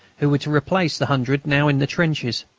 who were to replace the hundred now in the trenches.